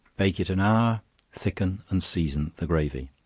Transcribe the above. bake it an hour thicken and season the gravy.